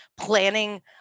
planning